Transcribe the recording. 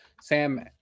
Sam